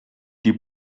die